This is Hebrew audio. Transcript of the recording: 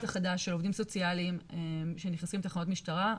החדש של עובדים סוציאליים שנכנסים לתחנות משטרה,